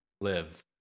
live